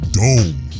dome